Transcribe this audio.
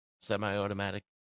semi-automatic